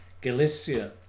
Galicia